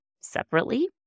separately